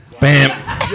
Bam